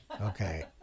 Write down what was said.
Okay